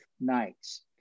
nights